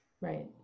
Right